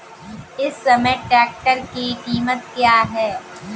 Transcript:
इस समय ट्रैक्टर की कीमत क्या है?